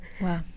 Wow